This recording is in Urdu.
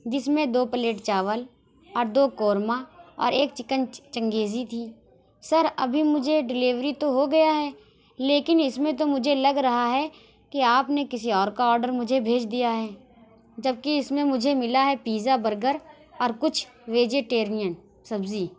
جس میں دو پلیٹ چاول اور دو قورمہ اور ایک چکن چنگیزی تھی سر ابھی مجھے ڈیلیوری تو ہو گیا ہے لیکن اس میں تو مجھے لگ رہا ہے کہ آپ نے کسی اور کا آڈر مجھے بھیج دیا ہے جب کہ اس میں مجھے ملا ہے پیزا برگر اور کچھ ویجیٹیرین سبزی